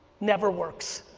never works.